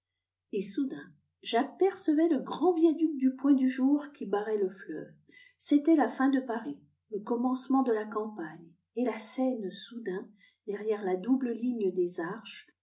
et soudain j'apercevais le grand viaduc du point-du-jour qui barrait le fleuve c'était la fin de paris le commencement de la campagne et la seine soudain derrière la double ligne des arches